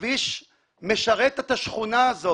הכביש משרת את השכונה הזאת.